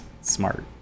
Smart